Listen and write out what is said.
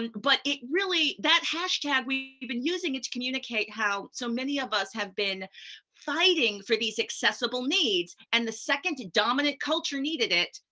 but it really, that hashtag, we've been using it to communicate how so many of us have been fighting for these accessible needs. and the second dominant culture needed it,